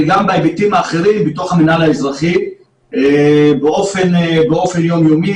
וגם בהיבטים אחרים בתוך המנהל האזרחי באופן יום-יומי.